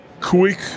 quick